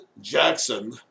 Jackson